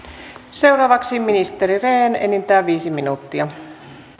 seuraavaksi ministeri rehn enintään viisi minuuttia